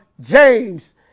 James